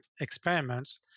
experiments